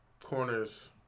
Corners